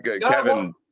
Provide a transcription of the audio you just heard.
Kevin